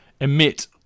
emit